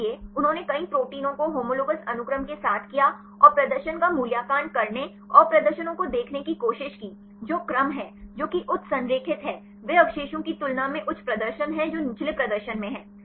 इसलिए उन्होंने कई प्रोटीनों को होमोलोगस अनुक्रमों के साथ किया और प्रदर्शन का मूल्यांकन करने और प्रदर्शनों को देखने की कोशिश की जो क्रम हैं जो कि उच्च संरेखित हैं वे अवशेषों की तुलना में उच्च प्रदर्शन हैं जो निचले प्रदर्शन में हैं